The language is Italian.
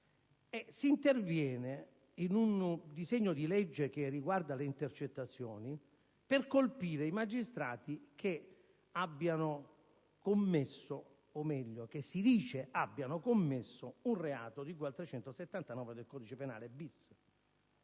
Si interviene in un disegno di legge che riguarda le intercettazioni per colpire i magistrati che abbiano commesso o, meglio, che si dice abbiano